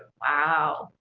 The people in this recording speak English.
wow,